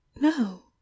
no